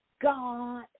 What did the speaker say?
God